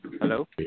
Hello